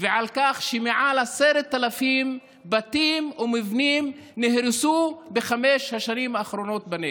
ועל כך שמעל 10,000 בתים או מבנים נהרסו בחמש השנים האחרונות בנגב.